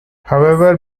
however